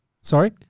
Sorry